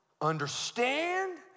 understand